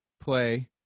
play